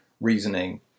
reasoning